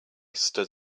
stood